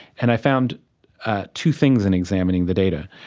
and i found two things in examining the data.